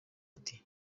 ati